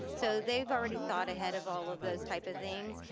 so they've already thought ahead of all of those type of things,